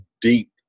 deep